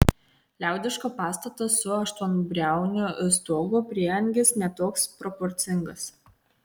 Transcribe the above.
liaudiško pastato su aštuonbriauniu stogu prieangis ne toks proporcingas